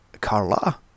Carla